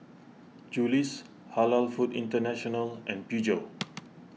Julie's Halal Foods International and Peugeot